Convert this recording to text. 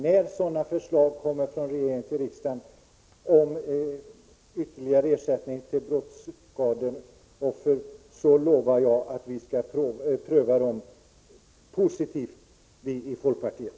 När förslag från regeringen till riksdagen om ytterligare ersättning till brottsskadeoffer kommer, lovar jag att vi i folkpartiet skall pröva förslagen positivt.